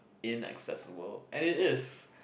inaccessible and it is